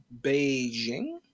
Beijing